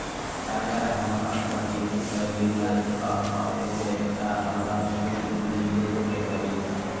अगर हम अपना तिथि पर ऋण न चुका पायेबे त हमरा सूद भी देबे के परि?